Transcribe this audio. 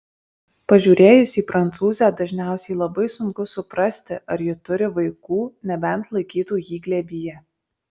pažiūrėjus į prancūzę dažniausiai labai sunku suprasti ar ji turi vaikų nebent laikytų jį glėbyje